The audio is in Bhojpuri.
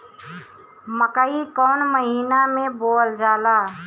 मकई कौन महीना मे बोअल जाला?